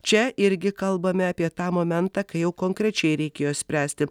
čia irgi kalbame apie tą momentą kai konkrečiai reikėjo spręsti